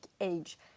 age